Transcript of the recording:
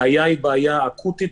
מתפקד שאר המשק כי ההשוואה היא בעייתית